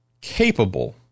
capable